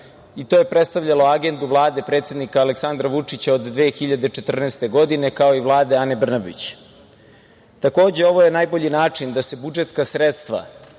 i to je predstavljalo agendu Vlade predsednika Aleksandra Vučića od 2014. godine, kao i Vladu Ane Brnabić. Takođe, ovo je najbolji način da se budžetska sredstva